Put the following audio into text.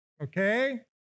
okay